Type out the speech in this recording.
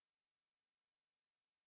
is either they need